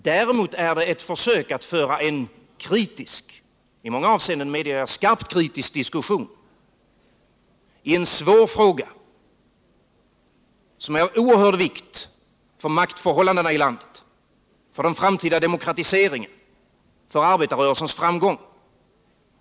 Däremot gäller det ett försök att föra en kritisk — i många avseenden, medger jag, starkt kritisk — diskussion i en svår fråga, som är av oerhörd vikt för maktförhållandena i landet, för den framtida demokratiseringen, för arbetarrörelsens framgång.